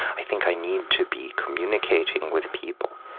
i think i need to be communicating with people.